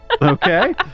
Okay